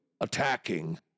attacking